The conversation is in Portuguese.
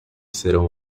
serão